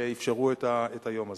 שאפשרו את היום הזה.